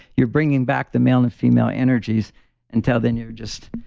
you're bringing back the male and female energies until then you're just